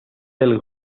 del